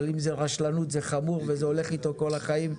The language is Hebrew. אבל אם זה ברשלנות זה חמור וזה הולך איתו כל החיים.